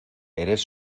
eres